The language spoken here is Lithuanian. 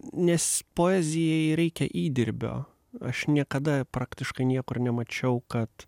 nes poezijai reikia įdirbio aš niekada praktiškai niekur nemačiau kad